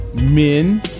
men